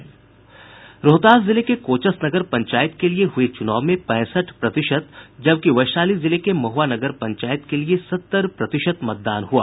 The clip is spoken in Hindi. रोहतास जिले के कोचस नगर पंचायत के लिए हुये चुनाव में पैंसठ प्रतिशत जबकि वैशाली जिले के महुआ नगर पंचायत के लिए सत्तर प्रतिशत मतदान हुआ